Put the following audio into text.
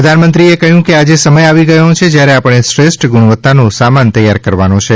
પ્રધાનમંત્રીએ કહ્યું કે આજે સમય આવી ગયો છે જયારે આપણે શ્રેષ્ઠ ગુણવત્તાનો સામાન તૈયાર કરવાનો છે